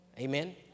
Amen